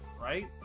right